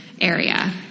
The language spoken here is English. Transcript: area